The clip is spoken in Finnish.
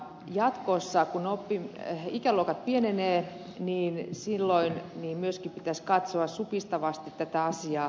jatkossa kun ikäluokat pienenevät silloin myöskin pitäisi katsoa supistavasti tätä asiaa